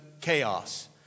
chaos